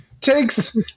Takes